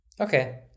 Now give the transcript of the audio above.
okay